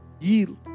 yield